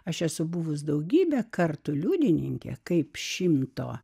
aš esu buvus daugybę kartų liudininke kaip šimto